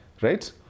Right